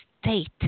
state